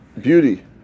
beauty